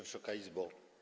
Wysoka Izbo!